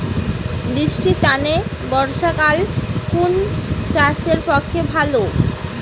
বৃষ্টির তানে বর্ষাকাল কুন চাষের পক্ষে ভালো?